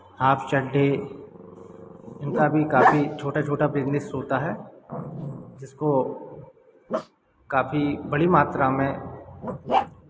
half चड्ढे इनका भी काफी छोटा छोटा बिज़नेस होता है जिसको काफी बड़ी मात्रा में